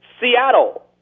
Seattle